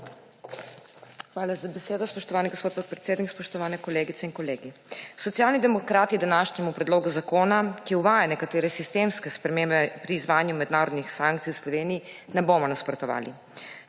Hvala za besedo, spoštovani gospod podpredsednik. Spoštovane kolegice in kolegi! Socialni demokrati današnjemu predlogu zakona, ki uvaja nekatere sistemske spremembe pri izvajanju mednarodnih sankcij v Sloveniji, ne bomo nasprotovali.